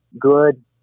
good